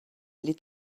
les